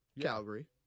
calgary